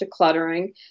decluttering